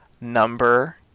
number